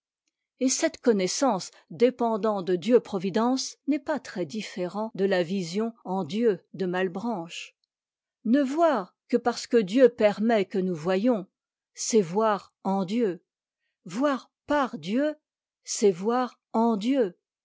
et cette connaissance dépendant de dieu providence ce n'est pas très différent de la vision en dieu de malebranche ne voir que parce que dieu permet que nous voyons c'est voir en dieu voir par dieu c'est voir en dieu